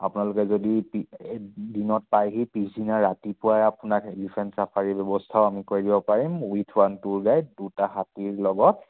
আপোনালোকে যদি দিনত পাইহি পিছদিনাই ৰাতিপুৱা আপোনাক এলিফেণ্ট ছাফাৰি ব্যৱস্থাও আমি কৰি দিব পাৰিম উইথ ওৱান টুৰ গাইড দুটা হাতীৰ লগত